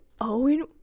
owen